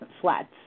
flats